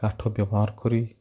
କାଠ ବ୍ୟବହାର କରି